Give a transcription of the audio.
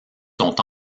sont